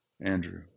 Andrew